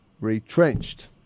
retrenched